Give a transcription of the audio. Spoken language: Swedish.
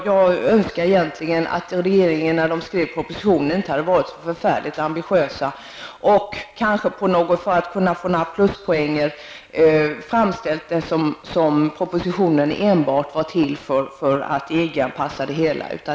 Jag önskar egentligen att regeringen, när den skrev propositionen, inte hade varit så ambitiös att man, för att kanske få några pluspoäng, framställt det som om propositionen enbart var till för att EG-anpassa det hela.